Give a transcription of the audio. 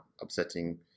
upsetting